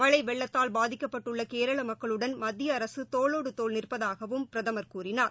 மனழவெள்ளத்தால் பாதிக்கப்பட்டுள்ளகேரளமக்களுடன் மத்தியஅரசுதோளோடுதோள் நிற்பதாகவும் பிரதமர் கூறினார்